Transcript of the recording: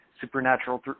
supernatural